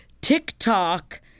TikTok